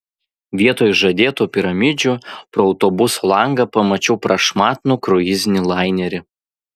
vietoj žadėtų piramidžių pro autobuso langą pamačiau prašmatnų kruizinį lainerį